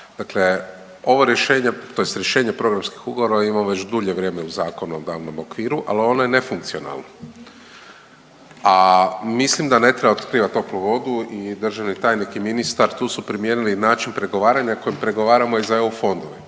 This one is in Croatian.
Dakle, ovo rješenje, tj. rješenje programskih ugovora imamo već dulje vrijeme u zakonodavnom okviru, ali ono je nefunkcionalno, a mislim da ne treba otkrivati toplu vodu i državni tajnik i ministar, tu su primijenili način pregovara koji pregovaramo i za EU fondove.